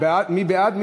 מי בעד?